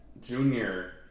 Junior